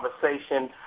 conversation